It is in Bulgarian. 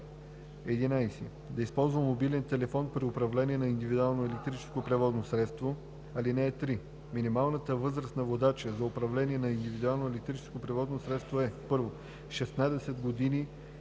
11. да използва мобилен телефон при управлението на индивидуално електрическо превозно средство. (3) Минималната възраст на водача за управление на индивидуално електрическо превозно средство е: 1.